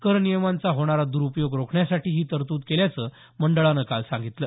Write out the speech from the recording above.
कर नियमांचा होणारा द्रुपयोग रोखण्यासाठी ही तरतूद केल्याचं मंडळानं काल सांगितलं